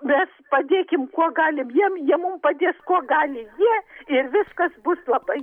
mes padėkim kuo galim jiem jie mum padės kuo gali jie ir viskas bus labai